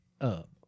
up